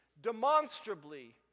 demonstrably